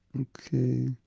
okay